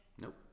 Nope